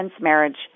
marriage